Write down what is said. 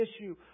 issue